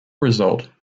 result